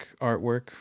artwork